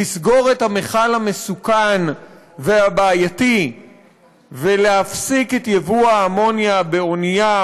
לסגור את המכל המסוכן והבעייתי ולהפסיק את יבוא האמוניה באונייה,